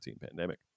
pandemic